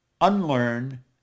unlearn